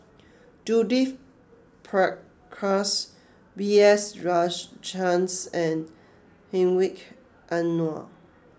Judith Prakash B S Rajhans and Hedwig Anuar